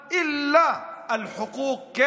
היסטורית.